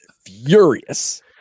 furious